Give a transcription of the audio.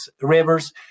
rivers